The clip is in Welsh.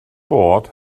bod